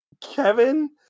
Kevin